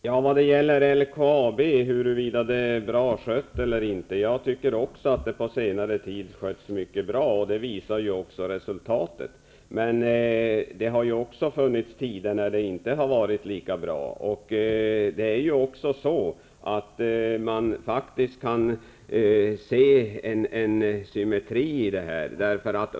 Fru talman! Vad gäller frågan om LKAB är bra skött eller inte vill jag säga att också jag tycker att företaget under senare tid skötts mycket bra. Det visar också företagets resultat. Men det har ju funnits tider då det inte har varit lika bra. Man kan faktiskt se en symmetri här.